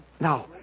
Now